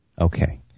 Okay